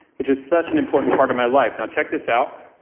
which is such an important part of my life. now check this out.